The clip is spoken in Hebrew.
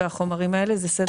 הישיבה ננעלה בשעה 13:45.